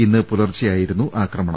ഇന്നു പുലർച്ചെയായിരുന്നു ആക്രമണം